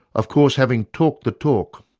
of course, having talked the talk,